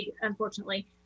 unfortunately